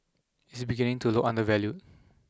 is beginning to look undervalued